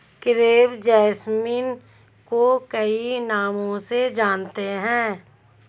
crepe jasmine को कई नामों से जानते हैं